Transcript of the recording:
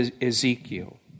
Ezekiel